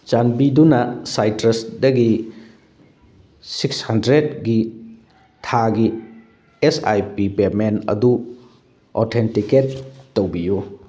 ꯆꯥꯟꯕꯤꯗꯨꯅ ꯁꯥꯏꯇ꯭ꯔꯁꯗꯒꯤ ꯁꯤꯛꯁ ꯍꯟꯗ꯭ꯔꯦꯠꯒꯤ ꯊꯥꯒꯤ ꯑꯦꯁ ꯑꯥꯏ ꯄꯤ ꯄꯦꯃꯦꯟ ꯑꯗꯨ ꯑꯣꯊꯦꯟꯇꯤꯀꯦꯠ ꯇꯧꯕꯤꯌꯨ